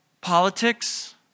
politics